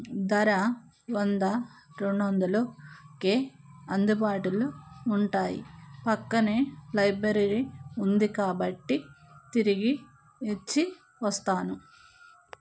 దర వంద రెండు వందలకే అందుబాటులో ఉంటాయి ప్రక్కనే లైబ్రరీ ఉంది కాబట్టి తిరిగి ఇచ్చి వస్తాను